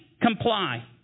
comply